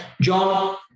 John